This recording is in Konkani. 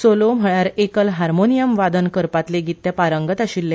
सोलो म्हण्यार एकल हार्मोनियम वादन करपालेगीत ते पारंगत आशिल्ले